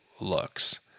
looks